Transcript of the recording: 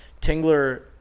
Tingler